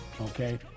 okay